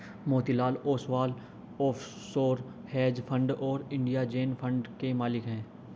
Motilal Oswal offshore hedge fund और India zen fund के मालिक हैं